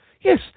Yes